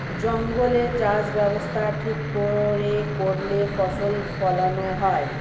জঙ্গলে চাষ ব্যবস্থা ঠিক করে করলে ফসল ফোলানো হয়